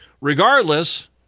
Regardless